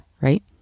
right